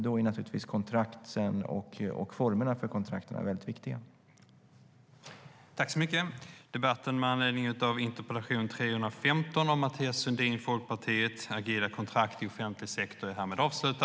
Då är naturligtvis kontrakten och formerna för kontrakten väldigt viktiga.